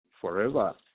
forever